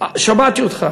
שמעתי אותך